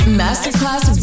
masterclass